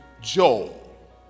Joel